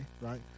Right